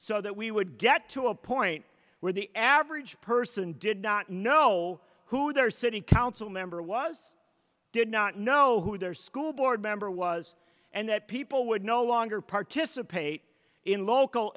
so that we would get to a point where the average person did not know who their city council member was did not know who their school board member was and that people would no longer participate in local